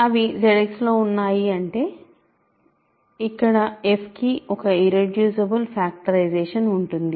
అవి ZX లో ఉన్నాయి అంటే ఇక్కడ f కి ఒక ఇర్రెడ్యూసిబుల్ ఫ్యాక్టరైజేషన్ ఉంటుంది